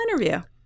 interview